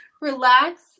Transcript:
relax